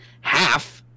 half